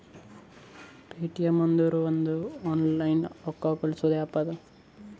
Paytm ಅಂದುರ್ ಇದು ಒಂದು ಆನ್ಲೈನ್ ರೊಕ್ಕಾ ಕಳ್ಸದು ಆ್ಯಪ್ ಅದಾ